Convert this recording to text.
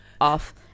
Off